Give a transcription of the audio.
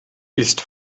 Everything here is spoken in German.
ist